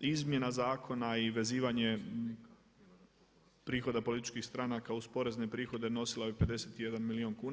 izmjena zakona i vezivanje prihoda političkih stranaka uz porezne prihode nosila bi 51 milijun kuna.